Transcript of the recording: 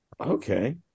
Okay